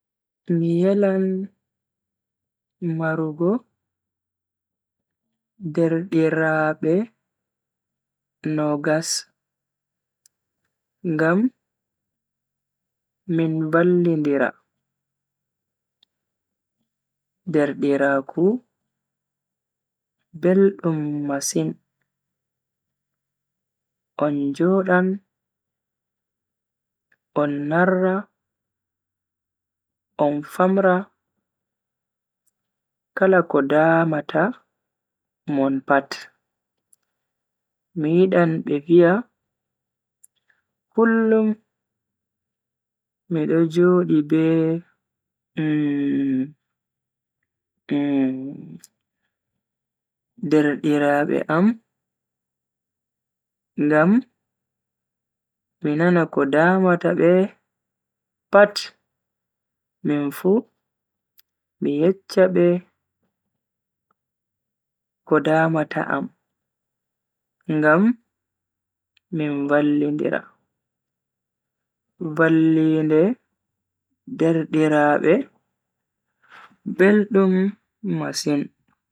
Mi yelan maruugo derdiraabe nogas, ngam min vallindira. Derdiraaku beldum masin, on jodan on narra on famra kala ko damata mon pat. Mi yidan be viya kullum mido jodi be derdiraabe am ngam mi nana ko damata be pat minfu mi yeccha be ko damata am ngam min vallindira. vallinde derdiraabe beldum masin.